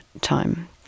time